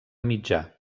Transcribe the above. mitjà